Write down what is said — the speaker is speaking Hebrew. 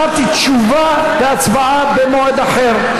אמרתי: תשובה והצבעה במועד אחר.